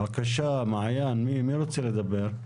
בבקשה, מעיין, מי רוצה לדבר?